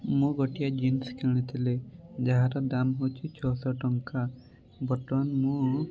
ମୁଁ ଗୋଟିଏ ଜିନ୍ସ୍ କିଣିଥିଲି ଯାହାର ଦାମ୍ ହେଉଛି ଛଅ ଶହ ଟଙ୍କା ବର୍ତ୍ତମାନ ମୁଁ